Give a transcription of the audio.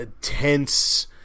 tense